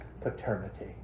paternity